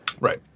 Right